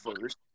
first